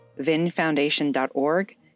vinfoundation.org